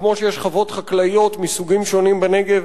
כמו שיש חוות חקלאיות מסוגים שונים בנגב,